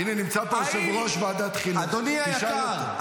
הינה, נמצא פה יושב-ראש ועדת חינוך, תשאל אותו.